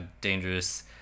Dangerous